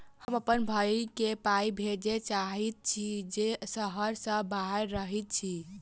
हम अप्पन भयई केँ पाई भेजे चाहइत छि जे सहर सँ बाहर रहइत अछि